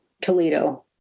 Toledo